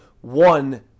one